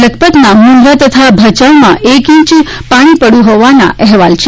લખપતના મુંદરા તથા ભચાઉમાં એક ઇંચ્ુ પાણી પડ્યું હોવાના અહેવાલ છે